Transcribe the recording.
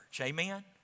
Amen